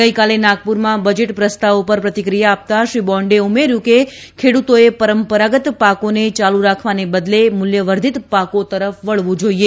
ગઈકાલે નાગપુરમાં બજેટ પ્રસ્તાવો પર પ્રતિક્રિયા આપતા શ્રી બોન્ડેએ ઉમેર્યુ કે ખેડુતોએ પરંપરાગત પાકોને ચાલુ રાખવાને બદલે મુલ્ય વર્ધિત પાકો તરફ વળવુ જાઈએ